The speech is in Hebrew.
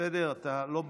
בסדר, אתה לא ברשימה,